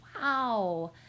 wow